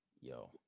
Yo